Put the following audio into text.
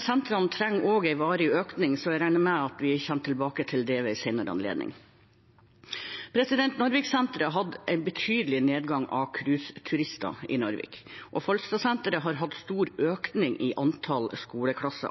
sentrene trenger også en varig økning, så jeg regner med at vi kommer tilbake til det ved en senere anledning. Narviksenteret har hatt en betydelig nedgang av cruiseturister i Narvik, og Falstadsenteret har hatt en stor økning i antallet skoleklasser.